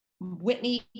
Whitney